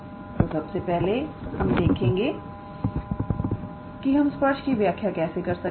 तोसबसे पहले हम देखेंगे के हम स्पर्श की व्याख्या कैसे कर सकते हैं